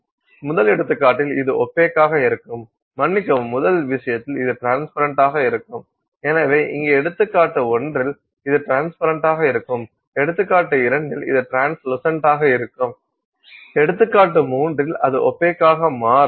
முதல் எடுத்துக்காட்டில் இது ஒப்பேகாக இருக்கும் மன்னிக்கவும் முதல் விஷயத்தில் அது ட்ரான்ஸ்பரன்டாக இருக்கும் எனவே இங்கே எடுத்துக்காட்டு 1 இல் இது ட்ரான்ஸ்பரன்டாக இருக்கும் எடுத்துக்காட்டு 2 இல் ட்ரான்ஸ்லுசன்டாக இருக்கும் எடுத்துக்காட்டு 3 இல் அது ஒப்பேகாக மாறும்